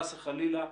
חס וחלילה,